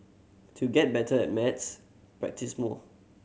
to get better at maths practise more